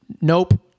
Nope